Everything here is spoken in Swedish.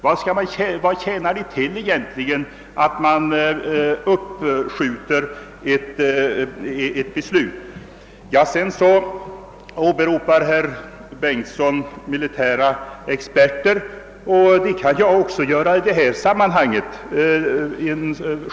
Vad tjänar det egentligen till att uppskjuta ett beslut? Herr Bengtson åberopar militära experter i detta sammanhang, och det kan jag också göra.